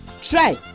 try